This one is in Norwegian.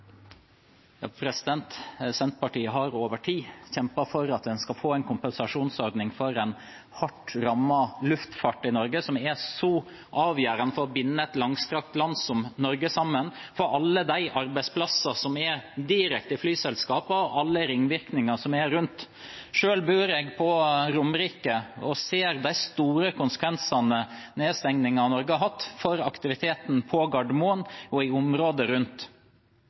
ja vel, men folk har stor grad av tillit til at regjeringen kommer ut av dette på en veldig god måte. Dette er ikke virkelighetsfornektelse fra min side. Det er virkelighetsbeskrivelse. Senterpartiet har over tid kjempet for at en skal få en kompensasjonsordning for en hardt rammet luftfart i Norge, som er så avgjørende for å binde et langstrakt land som Norge sammen, og for alle de arbeidsplassene som er direkte i flyselskapene, og alle ringvirkningene rundt. Selv bor jeg